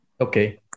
Okay